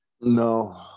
No